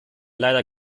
leider